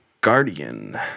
Guardian